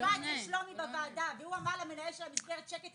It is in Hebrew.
ישבה אצל שלומי בוועדה והוא אמר למנהל המסגרת שקט,